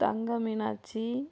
Thangameenakshi